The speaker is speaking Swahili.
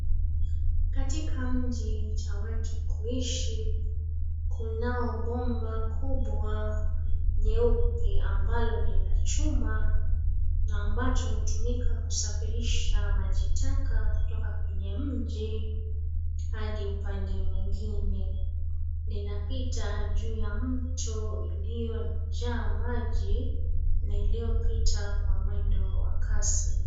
Katika mji cha watu kuishi kunao bomba kubwa nyeupe amabalo ni la chuma na ambacho hutumika kusafirisha maji taka kutoka kwenye mji hadi upande mwengine. Linapita juu ya mto iliyojaa maji na iliyopita kwa mwendo wa kasi.